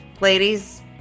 ladies